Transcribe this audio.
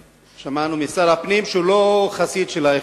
שמענו משר הפנים שהוא לא חסיד של האיחודים,